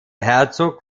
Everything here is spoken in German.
herzog